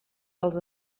dels